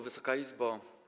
Wysoka Izbo!